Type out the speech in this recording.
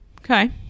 Okay